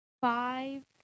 five